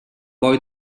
boi